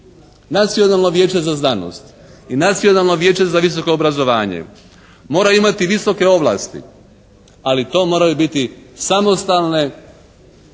Nacionalno vijeće za znanost i Nacionalno vijeće za visoko obrazovanje mora imati visoke ovlasti, ali to moraju biti samostalne